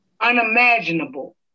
unimaginable